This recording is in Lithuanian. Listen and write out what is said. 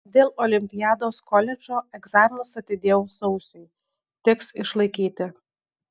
dėl olimpiados koledžo egzaminus atidėjau sausiui teks išlaikyti